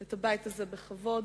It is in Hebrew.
את הבית הזה בכבוד,